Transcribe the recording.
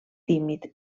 tímid